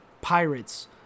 pirates